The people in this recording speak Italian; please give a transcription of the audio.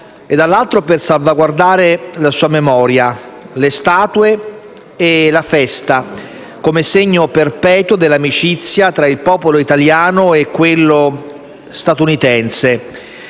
e, dall'altro, per salvaguardare la sua memoria, le statue e la festa come segno perpetuo dell'amicizia tra il popolo italiano e quello statunitense,